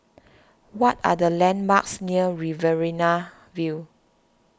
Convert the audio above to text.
what are the landmarks near Riverina View